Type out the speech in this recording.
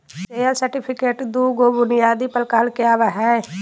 share certificate दू गो बुनियादी प्रकार में आवय हइ